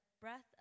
breath